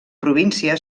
província